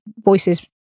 voices